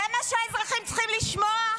זה מה שהאזרחים צריכים לשמוע?